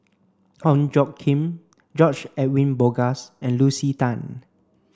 Ong Tjoe Kim George Edwin Bogaars and Lucy Tan